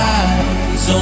eyes